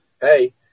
hey